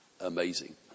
amazing